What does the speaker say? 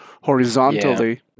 horizontally